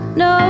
no